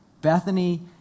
Bethany